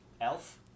Elf